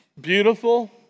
Beautiful